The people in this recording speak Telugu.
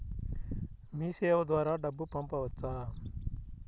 మీసేవ ద్వారా డబ్బు పంపవచ్చా?